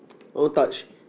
I want touch